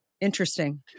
interesting